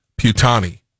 Putani